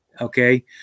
okay